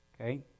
Okay